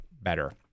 better